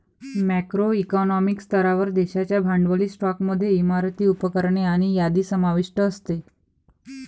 macro economic स्तरावर, देशाच्या भांडवली स्टॉकमध्ये इमारती, उपकरणे आणि यादी समाविष्ट असते